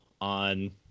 on